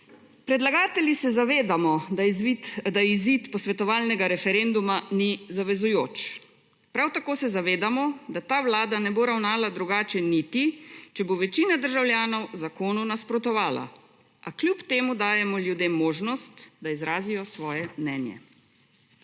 Predlagatelji se zavedamo, da izid posvetovalnega referenduma ni zavezujoč. Prav tako se zavedamo, da ta Vlada ne bo ravnala drugače niti, če bo večina državljanov zakonu nasprotovala, a kljub temu dajemo ljudem možnost, da izrazijo svoje mnenje.